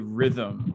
rhythm